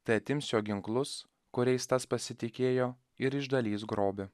tai atims jo ginklus kuriais tas pasitikėjo ir išdalys grobį